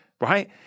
right